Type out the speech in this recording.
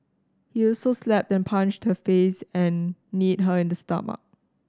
he also slapped and punched her face and kneed her in the stomach